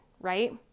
Right